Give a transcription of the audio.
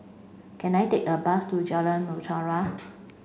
can I take a bus to Jalan Mutiara